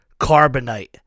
Carbonite